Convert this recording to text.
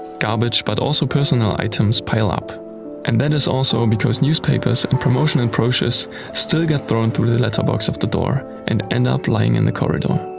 garbage but also personal items pile up and that is also because newspapers and promotional brochures still get thrown through the letterbox of the door and end up lying in the corridor.